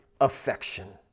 affection